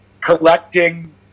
collecting